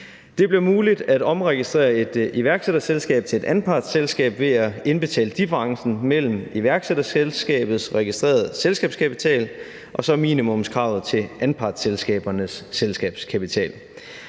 Det bliver muligt at omregistrere et iværksætterselskab til et anpartsselskab ved at indbetale differencen mellem iværksætterselskabets registrerede selskabskapital og minimumskravet til anpartsselskabernes selskabskapital.